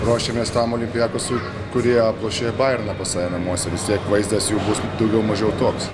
ruošiamės tam olimpiakosui kurie aplošė bajerną pas save namuose vis tiek vaizdas jų bus daugiau mažiau toks